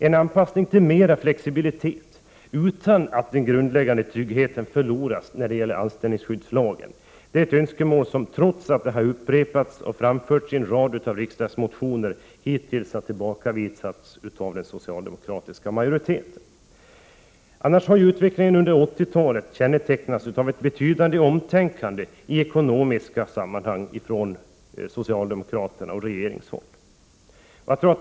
En anpassning till mera flexibilitet, utan att den grundläggande tryggheten förloras när det gäller anställningsskyddslagen, är ett önskemål som, trots att det har upprepats och framförts i en rad riksdagsmotioner, hittills tillbakavisats av den socialdemokratiska majoriteten. Utvecklingen under 1980-talet har ju annars kännetecknats av ett betydande omtänkande i ekonomiska sammanhang från socialdemokraterna och från regeringshåll.